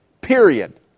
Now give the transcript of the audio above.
period